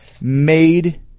made-